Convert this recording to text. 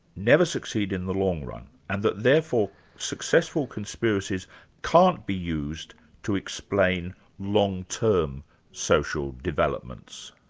never succeed in the long run, and that therefore successful conspiracies can't be used to explain long-term social developments?